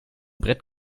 brett